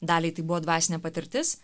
daliai tai buvo dvasinė patirtis